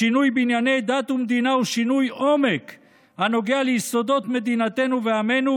השינוי בענייני דת ומדינה הוא שינוי עומק הנוגע ליסודות מדינתנו ועמנו,